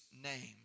name